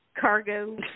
cargo